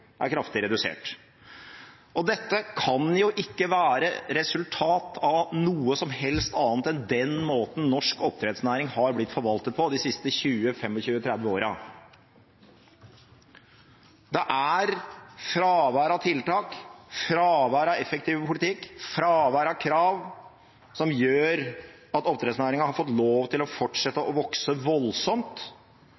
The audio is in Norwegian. er kraftig redusert. Dette kan ikke være resultat av noe som helst annet enn den måten norsk oppdrettsnæring har blitt forvaltet på de siste 20, 25, 30 åra. Det er fravær av tiltak, fravær av effektiv politikk og fravær av krav som gjør at oppdrettsnæringen har fått lov til å fortsette å vokse voldsomt,